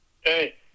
Hey